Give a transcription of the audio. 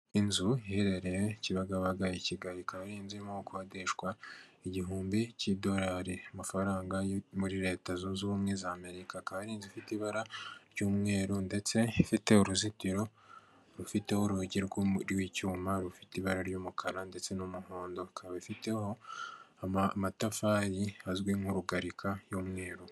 Inzu iherereye Kibagabaga i Kigali, ikaba ari inzi irimo gukodeshwa igihumbi cy'idolari, amafaranga yo muri leta zunze ubumwe za Amerika. Akaba ari inzu ifite ibara ry'umweru ndetse ifite uruzitiro rufiteho urugi rw'icyuma rufite ibara ry'umukara ndetse n'umuhondo. Ikaba ifiteho amatafari azwi nk'urugarika y'umweru.